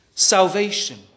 Salvation